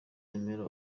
yemera